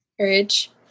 Courage